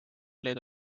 leedu